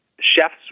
chefs